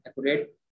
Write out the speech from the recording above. accurate